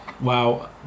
wow